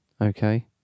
okay